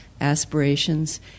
aspirations